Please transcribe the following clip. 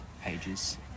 pages